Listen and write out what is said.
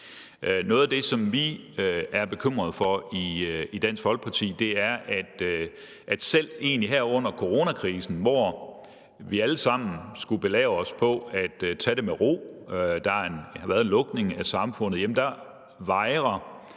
Noget af det, som vi er bekymrede for i Dansk Folkeparti, er, at selv her under coronakrisen, hvor vi alle sammen skulle belave os på at tage den med ro i forbindelse med lukningen af samfundet, vejrer